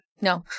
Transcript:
No